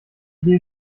idee